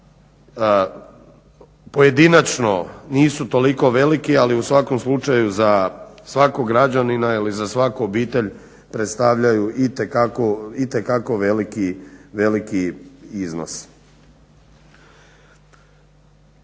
pojedinačno nisu toliko veliki, ali u svakom slučaju za svakog građanina ili za svaku obitelj predstavljaju itekako veliki iznos.